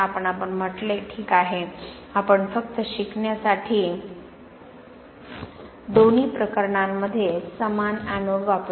पण आपण म्हटले ठीक आहे आपण फक्त शिकण्यासाठी दोन्ही प्रकरणांमध्ये समान एनोड वापरू